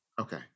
Okay